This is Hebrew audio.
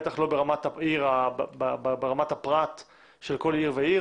בטח לא ברמת הפרט של כל עיר ועיר,